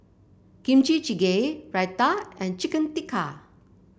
Kimchi Jjigae Raita and Chicken Tikka